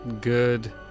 good